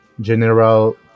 general